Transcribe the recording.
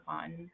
fun